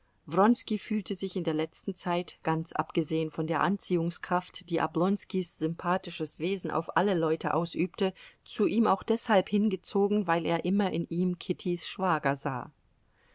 fühlte sich in der letzten zeit ganz abgesehen von der anziehungskraft die oblonskis sympathisches wesen auf alle leute ausübte zu ihm auch deshalb hingezogen weil er immer in ihm kittys schwager sah